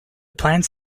plants